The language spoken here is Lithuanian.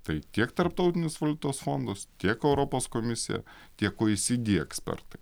tai tiek tarptautinis valiutos fondas tiek europos komisija tiek oecd ekspertai